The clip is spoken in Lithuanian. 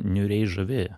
niūriai žavi